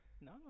No